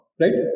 right